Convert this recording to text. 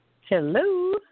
Hello